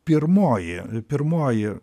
pirmoji pirmoji